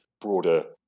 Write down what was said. broader